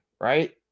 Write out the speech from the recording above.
right